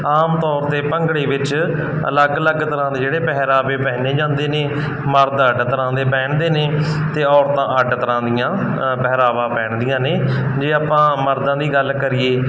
ਆਮ ਤੌਰ 'ਤੇ ਭੰਗੜੇ ਵਿੱਚ ਅਲੱਗ ਅਲੱਗ ਤਰ੍ਹਾਂ ਦੇ ਜਿਹੜੇ ਪਹਿਰਾਵੇ ਪਹਿਨੇ ਜਾਂਦੇ ਨੇ ਮਰਦ ਅੱਡ ਤਰ੍ਹਾਂ ਦੇ ਪਹਿਨਦੇ ਨੇ ਅਤੇ ਔਰਤਾਂ ਅੱਡ ਤਰ੍ਹਾਂ ਦੀਆਂ ਪਹਿਰਾਵਾਂ ਪਹਿਨਦੀਆਂ ਨੇ ਜੇ ਆਪਾਂ ਮਰਦਾਂ ਦੀ ਗੱਲ ਕਰੀਏ